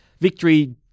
Victory